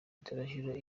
international